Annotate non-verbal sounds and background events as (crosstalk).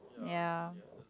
ya (noise)